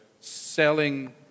selling